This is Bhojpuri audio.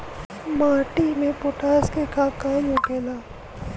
माटी में पोटाश के का काम होखेला?